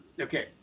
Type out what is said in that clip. Okay